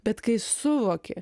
bet kai suvoki